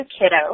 Kiddo